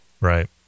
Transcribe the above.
right